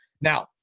Now